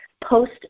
post